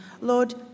Lord